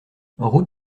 route